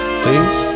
please